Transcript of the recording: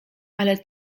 ale